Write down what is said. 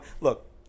Look